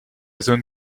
zone